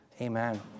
Amen